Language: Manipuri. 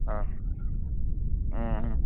ꯑꯥ ꯎꯝꯍꯨꯝ